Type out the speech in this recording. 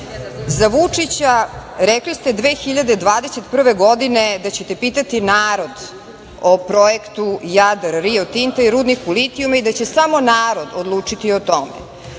Vučića - rekli ste 2021. godine da ćete pitati narod o projektu "Jadar" Rio Tinto i rudniku litijuma i da će samo narod odlučiti o tome.